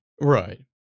Right